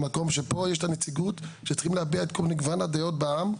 במקום שבו יש את הנציגות שצריכים להביע את כל מגוון הדעות בעם,